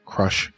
Crush